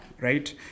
right